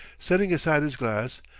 setting aside his glass,